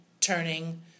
turning